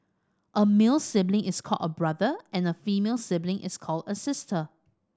a male sibling is called a brother and a female sibling is called a sister